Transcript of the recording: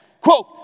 quote